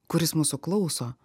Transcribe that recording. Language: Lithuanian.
kuris mūsų klauso